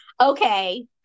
okay